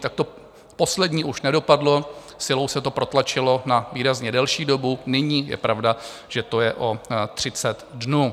Tak to poslední už nedopadlo, silou se to protlačilo na výrazně delší dobu, nyní je pravda, že to je o 30 dnů.